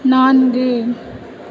நான்கு